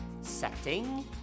setting